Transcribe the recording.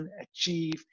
achieve